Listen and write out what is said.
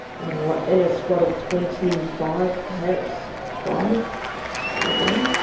you know in a squad of twenty five perhaps five that were gay.